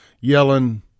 yelling